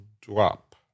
drop